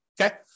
Okay